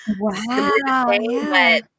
Wow